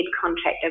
contractor